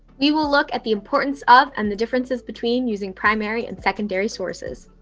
we will look at the importance of, and the differences between using primary and secondary sources.